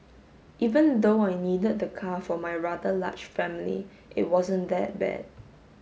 even though I needed the car for my rather large family it wasn't that bad